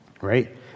right